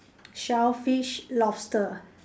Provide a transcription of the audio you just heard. shellfish lobster